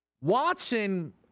Watson